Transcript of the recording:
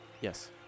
Yes